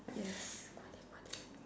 yes